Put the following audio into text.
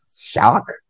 shock